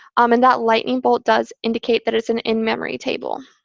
um and that lightning bolt does indicate that it's an in-memory table.